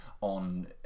on